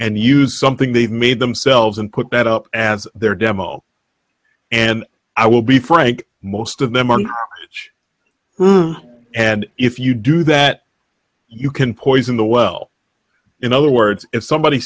and use something they've made themselves and put that up as their demo and i will be frank most of them aren't and if you do that you can poison the well in other words if somebody